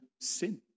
sin